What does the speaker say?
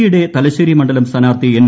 A യുടെ തലശ്ശേരി മണ്ഡലം സ്ഥാനാർത്ഥി എൻ